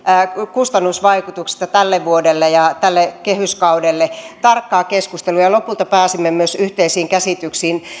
kustannusvaikutuksista tälle vuodelle ja tälle kehyskaudelle tarkkaa keskustelua ja lopulta pääsimme myös yhteisiin käsityksiin